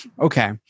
okay